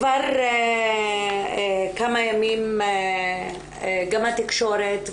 כבר כמה ימים גם התקשורת,